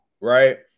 Right